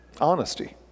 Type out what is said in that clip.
Honesty